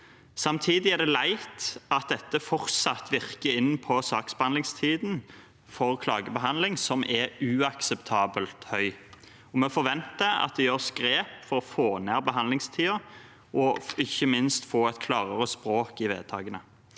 Samtidig er det leit at dette fortsatt virker inn på saksbehandlingstiden for klagebehandling, som er uakseptabelt høy. Vi forventer at det gjøres grep for å få ned behand lingstiden – og ikke minst for å få et klarere språk i vedtakene.